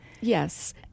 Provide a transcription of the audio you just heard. Yes